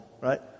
right